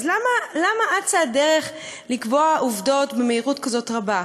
אז למה אצה הדרך לקבוע עובדות במהירות רבה כזאת?